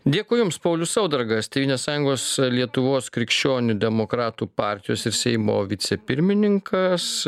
dėkui jums paulius saudargas tėvynės sąjungos lietuvos krikščionių demokratų partijos ir seimo vicepirmininkas